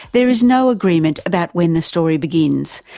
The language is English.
there is no agreement about when the story begins,